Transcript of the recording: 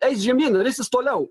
eis žemyn risis toliau